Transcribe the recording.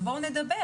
תבואו ונדבר.